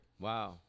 Wow